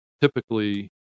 typically